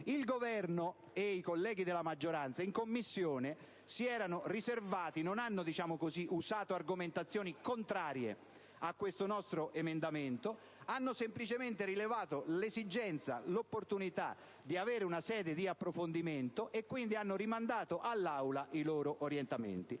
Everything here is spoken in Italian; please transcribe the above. Il Governo e i colleghi della maggioranza in Commissione non hanno usato argomentazioni contrarie al nostro emendamento. Hanno semplicemente rilevato l'opportunità di avere una sede di approfondimento, rinviando all'Aula i loro orientamenti.